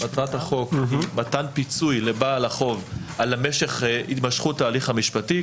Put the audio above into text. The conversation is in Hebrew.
ומטרת החוק היא מתן פיצוי לבעל החוב על הימשכות ההליך המשפטי,